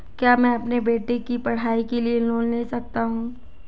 क्या मैं अपने बेटे की पढ़ाई के लिए लोंन ले सकता हूं?